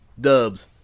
dubs